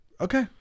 okay